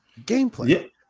gameplay